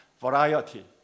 variety